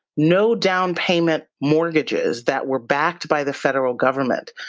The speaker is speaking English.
no down payment mortgages that were backed by the federal government,